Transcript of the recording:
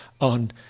on